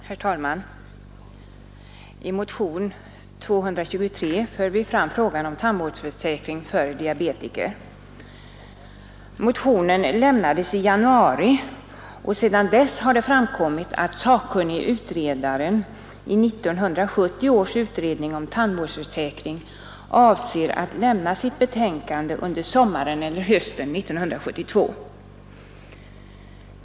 Herr talman! I motionen 223 för vi fram frågan om tandvårdsförsäkring för diabetiker. Motionen lämnades i januari, och sedan dess har det framkommit att den sakkunnige som svarar för 1970 års utredning om tandvårdsförsäkring avser att lämna sitt betänkande under sommaren eller hösten 1972.